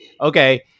okay